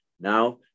now